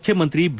ಮುಖ್ಯಮಂತ್ರಿ ಬಿ